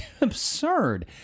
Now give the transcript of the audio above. absurd